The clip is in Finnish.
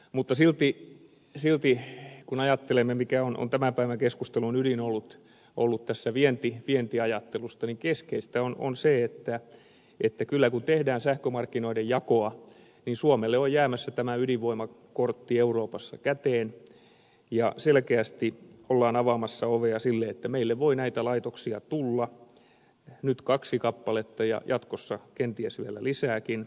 mutta silti kun ajattelemme mikä on tämän päivän keskustelun ydin ollut tässä vientiajattelussa niin keskeistä on se että kyllä kun tehdään sähkömarkkinoiden jakoa niin suomelle on jäämässä tämä ydinvoimakortti euroopassa käteen ja selkeästi ollaan avaamassa ovea sille että meille voi näitä laitoksia tulla nyt kaksi kappaletta ja jatkossa kenties vielä lisääkin